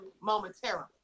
momentarily